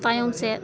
ᱛᱟᱭᱚᱢ ᱥᱮᱫ